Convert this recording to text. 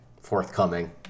forthcoming